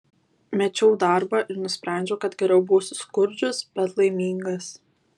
mečiau darbą ir nusprendžiau kad geriau būsiu skurdžius bet laimingas